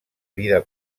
vida